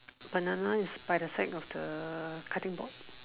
banana is by the side of the cutting board